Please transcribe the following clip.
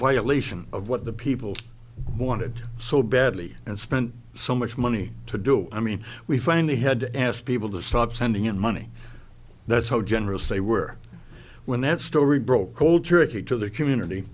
violation of what the people wanted so badly and spent so much money to do it i mean we finally had to ask people to stop sending in money that's how generous they were when that story broke cold turkey to the community